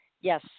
yes